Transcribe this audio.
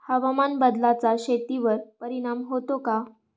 हवामान बदलाचा शेतीवर परिणाम होतो का?